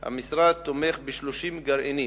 המשרד תומך ב-30 גרעינים,